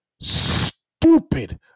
stupid